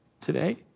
today